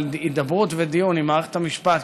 אבל הידברות ודיון עם מערכת המשפט,